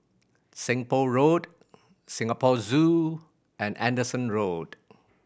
Seng Poh Road Singapore Zoo and Anderson Road